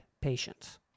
patients